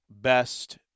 best